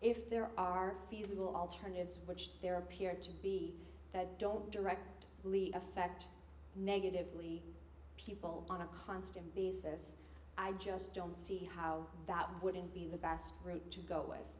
if there are feasible alternatives which there appear to be that don't direct affect negatively people on a constant basis i just don't see how that wouldn't be the best route to go with